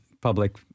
public